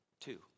Two